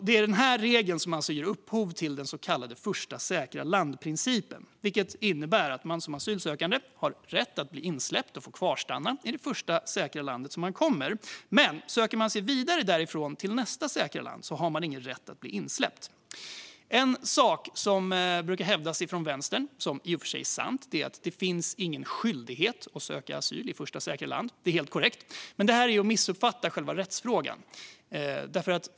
Det är denna regel som ger upphov till den så kallade första-säkra-land-principen, som innebär att man som asylsökande har rätt att bli insläppt och få kvarstanna i det första säkra land man kommer till. Men söker man sig vidare därifrån till nästa säkra land har man ingen rätt att bli insläppt. Något som brukar hävdas från vänstern och som i och för sig är sant är att det inte finns någon skyldighet att söka asyl i första säkra land. Det är helt korrekt, men det är att missuppfatta själva rättsfrågan.